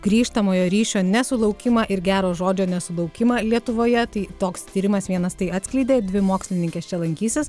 grįžtamojo ryšio nesulaukimą ir gero žodžio nesulaukimą lietuvoje tai toks tyrimas vienas tai atskleidė dvi mokslininkės čia lankysis